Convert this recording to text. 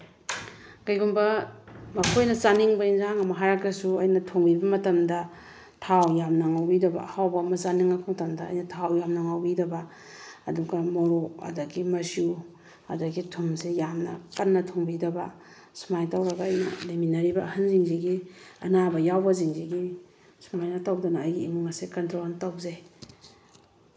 ꯀꯔꯤꯒꯨꯝꯕ ꯃꯈꯣꯏꯅ ꯆꯥꯅꯤꯡꯕ ꯑꯦꯟꯁꯥꯡ ꯑꯃ ꯍꯥꯏꯔꯒꯁꯨ ꯑꯩꯅ ꯊꯣꯡꯕꯤꯕ ꯃꯇꯝꯗ ꯊꯥꯎ ꯌꯥꯝꯅ ꯉꯧꯕꯤꯗꯕ ꯑꯍꯥꯎꯕ ꯑꯃ ꯆꯥꯅꯤꯡꯂꯛꯄ ꯃꯇꯝꯗ ꯑꯩꯅ ꯊꯥꯎ ꯌꯥꯝꯅ ꯉꯧꯕꯤꯗꯕ ꯑꯗꯨꯒ ꯃꯣꯔꯣꯛ ꯑꯗꯒꯤ ꯃꯆꯨ ꯑꯗꯒꯤ ꯊꯨꯝꯁꯦ ꯌꯥꯝꯅ ꯀꯟꯅ ꯊꯣꯡꯕꯤꯗꯕ ꯁꯨꯃꯥꯏꯅ ꯇꯧꯔꯒ ꯑꯩꯅ ꯂꯩꯃꯤꯟꯅꯔꯤꯕ ꯑꯍꯜꯁꯤꯡꯁꯤꯒꯤ ꯑꯅꯥꯕ ꯌꯥꯎꯕꯁꯤꯡꯁꯤꯒꯤ ꯁꯨꯃꯥꯏꯅ ꯇꯧꯗꯅ ꯑꯩꯒꯤ ꯏꯃꯨꯡ ꯑꯁꯦ ꯀꯟꯇ꯭ꯔꯣꯜ ꯇꯧꯖꯩ